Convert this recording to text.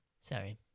Sorry